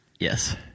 Yes